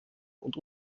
und